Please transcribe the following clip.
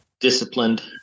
disciplined